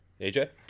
AJ